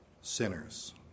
sinners